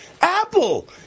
Apple